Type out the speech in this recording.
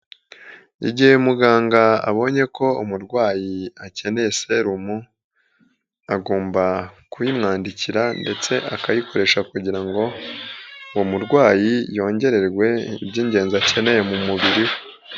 Igihe muganga abonye ko umurwayi akeneye serumu agomba kuyimwandikira ndetse akayikoresha kugira ngo uwo murwayi yongererwe iby'ingenzi akeneye mu mubiri we.